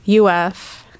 UF